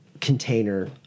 container